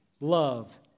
love